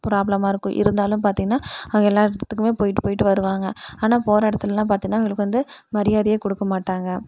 ப்ராப்லமாக இருக்கும் இருந்தாலும் பார்த்திங்கன்னா அவங்க எல்லா இடத்துக்குமே போய்ட்டு போய்ட்டு வருவாங்கள் ஆனால் போகிற இடத்துலலாம் பார்த்திங்கன்னா இவங்களுக்கு வந்து மரியாதையே கொடுக்கமாட்டாங்க